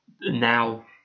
now